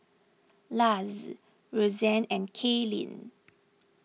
Luz Roxanne and Kaelyn